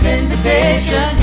invitation